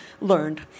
learned